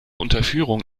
unterführung